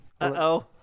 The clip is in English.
Uh-oh